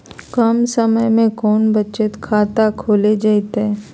कम समय में कौन बचत खाता खोले जयते?